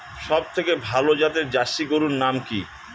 সবথেকে ভালো জাতের জার্সি গরুর নাম কি?